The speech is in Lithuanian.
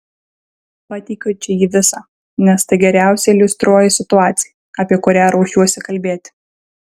pateikiu čia jį visą nes tai geriausiai iliustruoja situaciją apie kurią ruošiuosi kalbėti